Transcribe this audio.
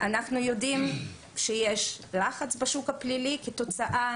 אנחנו יודעים שיש לחץ בשוק הפלילי כתוצאה